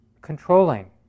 controlling